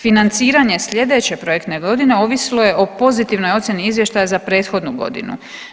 Financiranje slijedeće projektne godine ovisilo je o pozitivnoj ocjeni izvještaja za prethodnu godinu.